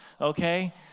Okay